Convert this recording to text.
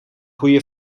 goede